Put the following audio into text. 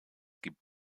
gibt